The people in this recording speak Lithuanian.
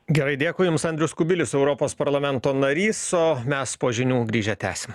gerai dėkui jums andrius kubilius europos parlamento narys o mes po žinių grįžę tęsim